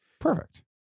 Perfect